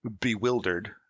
bewildered